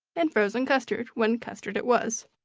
and frozen custard, when custard it was,